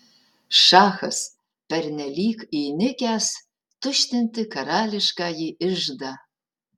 šachas pernelyg įnikęs tuštinti karališkąjį iždą